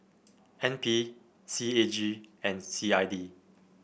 N P C A G and C I D